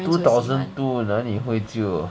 two thousand two 哪里会旧